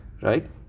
right